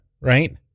right